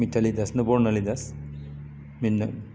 मिटाली दास ना बर्नाली दास बेनो